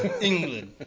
England